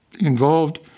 involved